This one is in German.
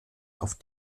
auf